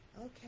Okay